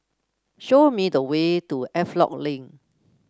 show me the way to Havelock Link